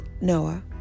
Noah